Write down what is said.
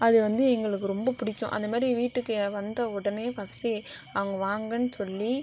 அது வந்து எங்களுக்கு ரொம்ப பிடிக்கும் அந்தமாதிரி வீட்டுக்கு வந்த உடனே ஃபர்ஸ்ட்டு அவங்க வாங்கனு சொல்லி